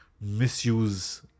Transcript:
misuse